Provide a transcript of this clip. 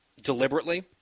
deliberately